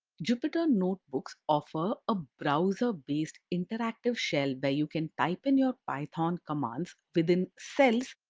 jupyter notebooks offer a browser-based interactive shell where you can type in your python commands within cells.